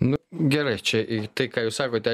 nu gerai čia į tai ką jūs sakote